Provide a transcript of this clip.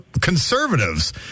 conservatives